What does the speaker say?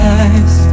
eyes